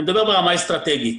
אני מדבר ברמה האסטרטגית.